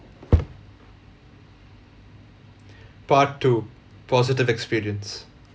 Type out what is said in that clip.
part two positive experience